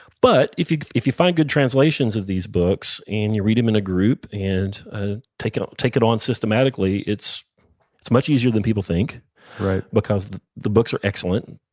but if you if you find good translations of these books and you read them in a group and ah take it take it on systematically, it's it's much easier than people think because the books are excellent,